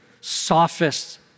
sophists